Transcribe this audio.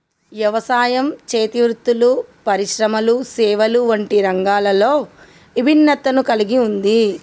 యవసాయం, చేతి వృత్తులు పరిశ్రమలు సేవలు వంటి రంగాలలో ఇభిన్నతను కల్గి ఉంది